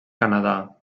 canadà